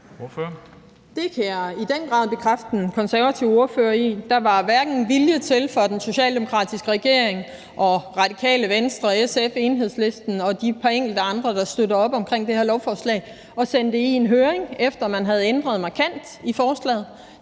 Det kan jeg i den grad bekræfte den konservative ordfører i. Den socialdemokratiske regering, Radikale Venstre, SF, Enhedslisten og de par enkelte andre, der støtter op omkring det her lovforslag, var ikke villig til at sende det i høring, efter at man havde ændret markant i forslaget.